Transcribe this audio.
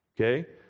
okay